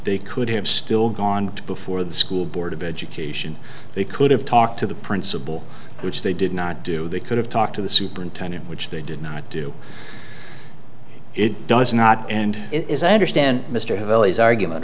they could have still gone before the school board of education they could have talked to the principal which they did not do they could have talked to the superintendent which they did not do it does not and it is i understand mr hill is argument